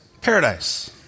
Paradise